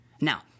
Now